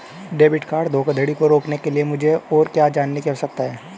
Debit card धोखाधड़ी को रोकने के लिए मुझे और क्या जानने की आवश्यकता है?